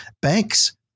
banks